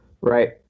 right